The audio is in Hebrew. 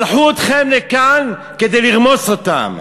שלחו אתכם לכאן כדי לרמוס אותם.